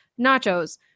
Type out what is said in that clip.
nachos